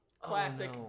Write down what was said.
Classic